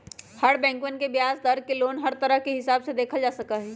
हर बैंकवन के ब्याज दर के लोन हर तरह के हिसाब से देखल जा सका हई